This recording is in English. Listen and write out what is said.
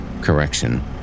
Correction